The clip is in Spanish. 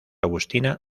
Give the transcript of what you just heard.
agustina